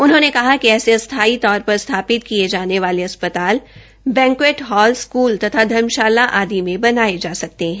उन्होंने कहा कि ऐसे अस्थाई तौर पर स्थापित किए जाने वाले अस्पताल बैक्विट हॉल स्कूल तथा धर्मशाला आदि में बनाए जा सकते हैं